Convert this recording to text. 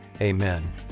Amen